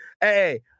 hey